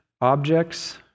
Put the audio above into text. Objects